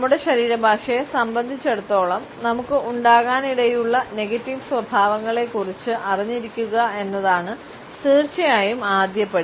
നമ്മുടെ ശരീരഭാഷയെ സംബന്ധിച്ചിടത്തോളം നമുക്ക് ഉണ്ടാകാനിടയുള്ള നെഗറ്റീവ് സ്വഭാവങ്ങളെക്കുറിച്ച് അറിഞ്ഞിരിക്കുക എന്നതാണ് തീർച്ചയായും ആദ്യ പടി